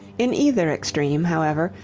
in either extreme, however,